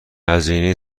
هزینه